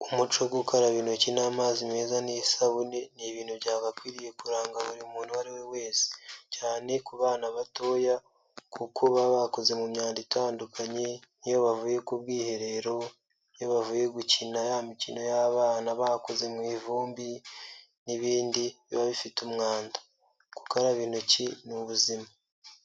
Umuco wo gukaraba intoki n'amazi meza n'isabune, ni ibintu byagakwiriye kuranga buri muntu uwo ari we wese, cyane ku bana batoya kuko baba bakoze mu myanda itandukanye, iyo bavuye ku bwiherero, iyo bavuye gukina ya mikino y'abana bakoze mu ivumbi n'ibindi biba bifite umwanda. Gukaraba intoki ni ubuzima.